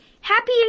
Happy